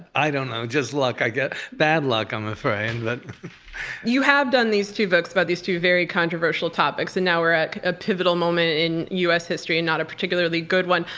i don't know, just luck i guess. bad luck, i'm afraid. you have done these two books about these two very controversial topics, and now we're at a pivotal moment in u. s. history, and not a particularly good one.